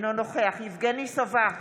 אינו נוכח יבגני סובה,